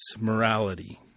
morality